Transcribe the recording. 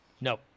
no